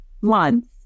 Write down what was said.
months